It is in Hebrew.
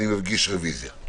אני מגיש רביזיה.